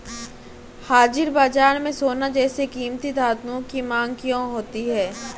हाजिर बाजार में सोना जैसे कीमती धातुओं की मांग क्यों होती है